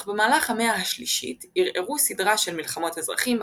אך במהלך המאה ה-3 ערערו סדרה של מלחמות אזרחים,